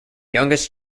youngest